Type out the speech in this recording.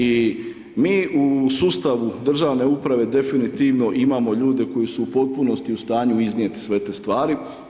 I mi u sustavu državne uprave definitivno imamo ljude koji su u potpunosti u stanju iznijeti sve te stvari.